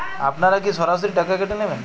আপনারা কি সরাসরি টাকা কেটে নেবেন?